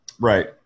Right